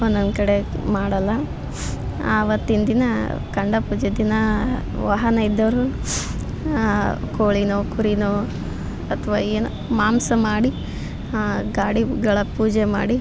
ಒನ್ನೊಂದು ಕಡೆ ಮಾಡೋಲ್ಲ ಆವತ್ತಿನ ದಿನ ಕಂಡ ಪೂಜೆ ದಿನ ವಾಹನ ಇದ್ದವರು ಕೋಳಿನೋ ಕುರಿನೋ ಅಥವಾ ಏನೋ ಮಾಂಸ ಮಾಡಿ ಗಾಡಿಗಳ ಪೂಜೆ ಮಾಡಿ